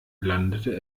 landete